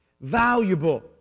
valuable